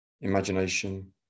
imagination